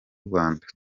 rwanda